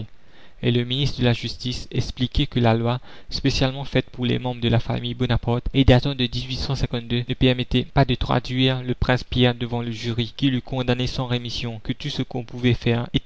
et le ministre de la justice expliquait que la loi spécialement faite pour les membres de la famille bonaparte et datant de ne permettait pas de traduire le prince pierre devant le jury qui l'eût condamné sans rémission que tout ce qu'on pouvait faire